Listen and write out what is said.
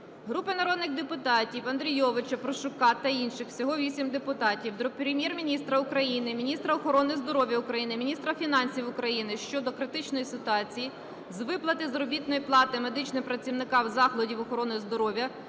Групи народних депутатів (Андрійовича, Прощука та інших. Всього 8 депутатів) до Прем'єр-міністра України, міністра охорони здоров'я України, міністра фінансів України щодо критичної ситуації з виплати заробітної плати медичним працівникам закладів охорони здоров'я